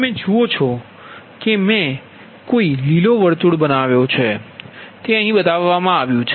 તમે જુઓ છો કે મેં કોઈ લીલો વર્તુળ બનાવ્યો છે તે અહીં બતાવવામાં આવ્યું છે